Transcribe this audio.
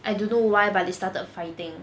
I don't know why but they started fighting